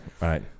right